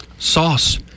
sauce